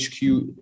HQ